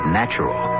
natural